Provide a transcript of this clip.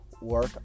Work